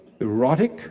erotic